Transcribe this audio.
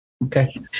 Okay